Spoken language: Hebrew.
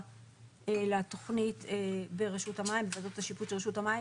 לתכנית תחומי השיפוט של רשות המים.